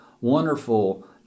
wonderful